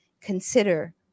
consider